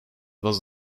was